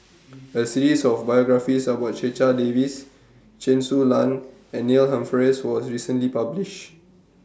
A series of biographies about Checha Davies Chen Su Lan and Neil Humphreys was recently published